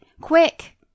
Quick